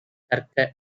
கற்க